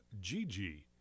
Gigi